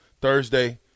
Thursday